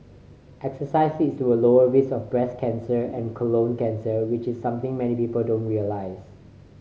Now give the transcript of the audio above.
exercise leads to a lower risk of breast cancer and colon cancer which is something many people don't realise